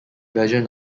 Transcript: version